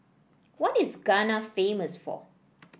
what is Ghana famous for